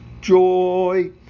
joy